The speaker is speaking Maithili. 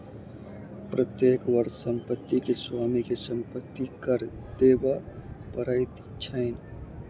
प्रत्येक वर्ष संपत्ति के स्वामी के संपत्ति कर देबअ पड़ैत छैन